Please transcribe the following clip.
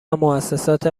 موسسات